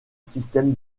système